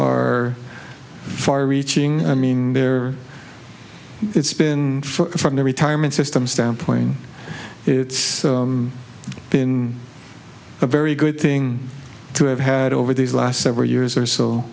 or far reaching i mean it's been from the retirement system standpoint it's been a very good thing to have had over these last several years or so